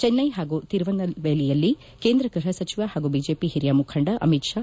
ಚೆನ್ನೈ ಪಾಗೂ ತಿರುನಲ್ವೇಲಿಯಲ್ಲಿ ಕೇಂದ್ರ ಗೃಪ ಸಚಿವ ಪಾಗೂ ಐಜೆಪಿ ಒರಿಯ ಮುಖಂಡ ಅಮಿತ್ ಷಾ